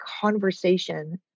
conversation